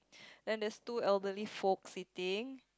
then there's two elderly folks sitting